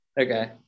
Okay